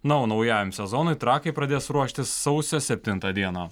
na o naujajam sezonui trakai pradės ruoštis sausio septintą dieną